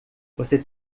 você